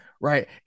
Right